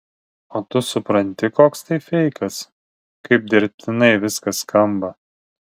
o tu supranti koks tai feikas kaip dirbtinai viskas skamba